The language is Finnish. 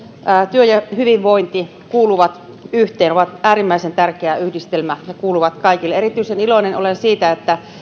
työ ja hyvinvointi kuuluvat yhteen ne ovat äärimmäisen tärkeä yhdistelmä ne kuuluvat kaikille erityisen iloinen olen siitä että